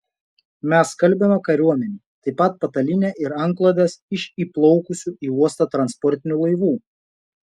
mes skalbiame kariuomenei taip pat patalynę ir antklodes iš įplaukusių į uostą transportinių laivų